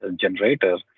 generator